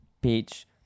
page